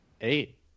Eight